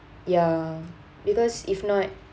ya because if not